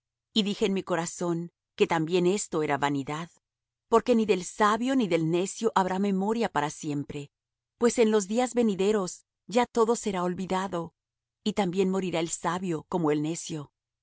y dije en mi corazón que también esto era vanidad porque ni del sabio ni del necio habrá memoria para siempre pues en los días venideros ya todo será olvidado y también morirá el sabio como el necio